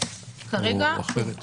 או אחרת כאדומה?